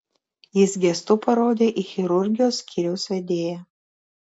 jis gestu parodė į chirurgijos skyriaus vedėją